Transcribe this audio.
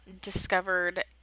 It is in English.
discovered